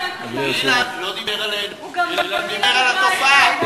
אילן לא דיבר עלינו, הוא דיבר על התופעה.